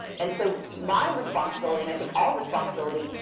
and so my responsibility, and i think our responsibility,